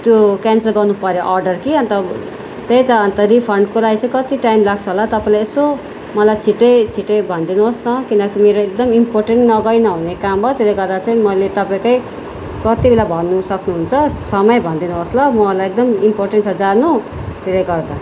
त्यो क्यान्सल गर्नु पऱ्यो अर्डर कि अन्त त्यही त अन्त रिफन्डको लागि चाहिँ कति टाइम लाग्छ होला तपाईँलाई यसो मलाई छिटै छिटै भनिदिनु होस् न किनकि मेरो एकदम इम्पोर्टेन्ट नगइ नहुने काम भयो त्यसले गर्दा चाहिँ मैले तपाईँकै कति बेला भन्नु सक्नुहुन्छ समय भनिदिनु होस् ल मलाई एकदम इम्पोर्टेन्ट छ जानु त्यसले गर्दा